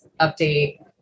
update